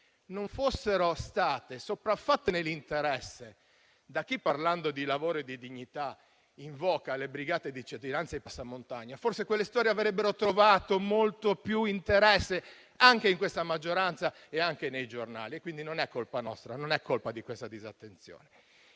non fossero state sopraffatte nell'interesse da chi, parlando di lavoro e di dignità, invoca le brigate di cittadinanza e il passamontagna, forse avrebbero trovato molto più interesse anche in questa maggioranza e nei giornali. Non è allora colpa nostra questa disattenzione.